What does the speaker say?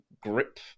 grip